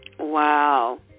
Wow